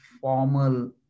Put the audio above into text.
formal